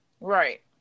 right